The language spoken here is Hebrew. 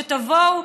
שתבואו,